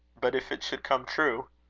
but if it should come true?